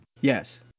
Yes